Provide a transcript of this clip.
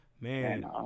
Man